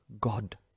God